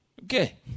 Okay